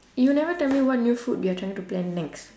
you never tell me what new food you're trying to plan next